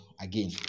again